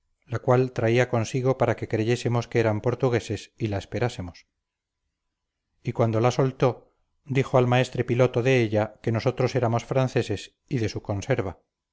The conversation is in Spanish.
la cual traía consigo para que creyésemos que eran portugueses y la esperásemos y cuando la soltó dijo al maestre piloto de ella que nosotros éramos franceses y de su conserva